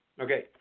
Okay